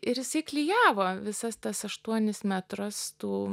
ir jisai klijavo visas tas aštuonis metrus tų